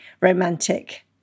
romantic